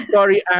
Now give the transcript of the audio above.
Sorry